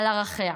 על ערכיה.